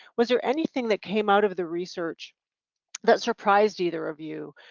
was there anything that came out of the research that surprised either of you?